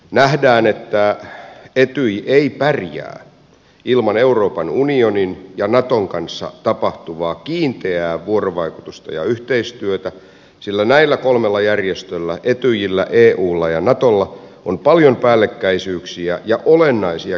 nähdään että etyj ei pärjää ilman euroopan unionin ja naton kanssa tapahtuvaa kiinteää vuorovaikutusta ja yhteistyötä sillä näillä kolmella järjestöllä etyjillä eulla ja natolla on paljon päällekkäisyyksiä ja olennaisia keskinäisriippuvuuksia